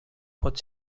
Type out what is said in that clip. pot